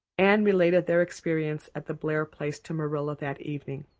anne related their experience at the blair place to marilla that evening.